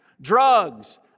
drugs